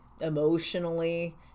emotionally